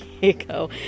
Diego